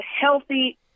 healthy